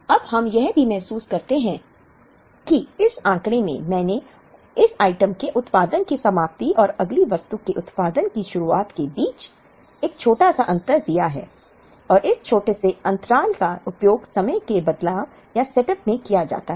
अब हम यह भी महसूस करते हैं कि इस आंकड़े में मैंने इस आइटम के उत्पादन की समाप्ति और अगली वस्तु के उत्पादन की शुरुआत के बीच एक छोटा सा अंतर दिया है और इस छोटे से अंतराल का उपयोग समय के बदलाव या सेटअप में किया जाता है